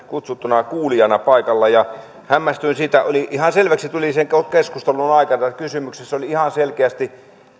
kutsuttuna kuulijana paikalla ja hämmästyin siitä kun ihan selväksi tuli sen keskustelun aikana että kysymyksessä oli ihan selkeästi